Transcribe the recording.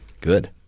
Good